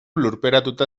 lurperatuta